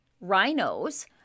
rhinos